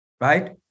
right